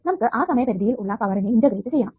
നമുക്ക് ആ സമയ പരിധിയിൽ ഉള്ള പവറിനെ ഇന്റഗ്രേറ്റ് ചെയ്യണം